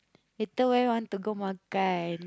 later where want to go makan